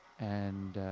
and ah,